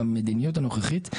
במדיניות הנוכחית,